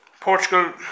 Portugal